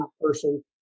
person